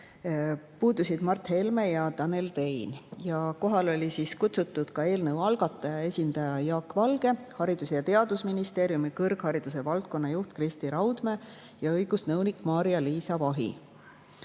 Puudusid Mart Helme ja Tanel Tein. Kohale olid kutsutud ka eelnõu algataja esindaja Jaak Valge, Haridus- ja Teadusministeeriumi kõrghariduse valdkonna juht Kristi Raudmäe ja õigusnõunik Maarja-Liisa Vahi.